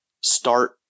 start